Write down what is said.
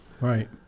Right